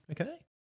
Okay